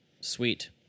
Sweet